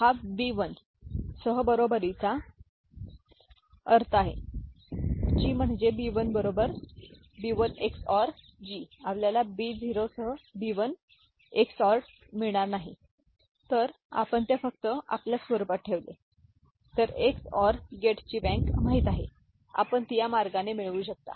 G१ हाB१ सह बरोबरीचा अर्थ आहेGम्हणजे B१ बरोबर B१ XORGआपल्यालाB० सहB१ झोरड मिळणार नाही तर आपण ते फक्त आपल्याच स्वरूपात ठेवले तर एक्सओआर गेटची बँक माहित आहे आपण ती या मार्गाने मिळवू शकता